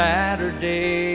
Saturday